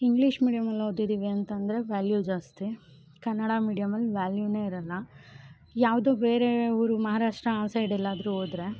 English ಮೀಡಿಯಮಲ್ಲಿ ಓದಿದೀವಿ ಅಂತಂದರೆ ವ್ಯಾಲ್ಯೂ ಜಾಸ್ತಿ ಕನ್ನಡ ಮೀಡಿಯಮಲ್ಲಿ ವ್ಯಾಲ್ಯೂನೇ ಇರೋಲ್ಲಾ ಯಾವುದೋ ಬೇರೇ ಊರು ಮಹಾರಾಷ್ಟ್ರ ಆ ಸೈಡ್ ಎಲ್ಲಾದ್ರೂ ಹೋದರೆ